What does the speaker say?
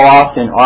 often